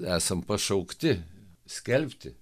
esam pašaukti skelbti